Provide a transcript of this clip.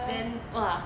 then !wah!